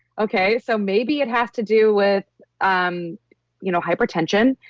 okay? so maybe it has to do with um you know hypertension.